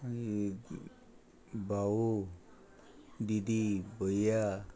मागीर भाऊ दिदी भया